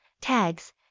Tags